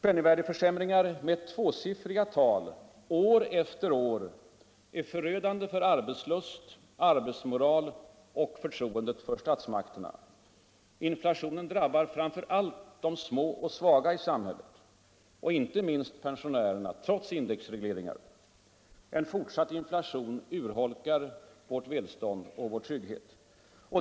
Penningvärdeförsämringar med tvåsiffriga tal år efter år är förödande för arbetslust, arbetsmoral och förtroendet för statsmakterna. Inflationen drabbar framför allt de små och svaga i samhället och inte minst pensionärerna — trots indexregleringar. En fortsatt inflation urholkar vårt välstånd och vår trygghet.